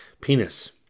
penis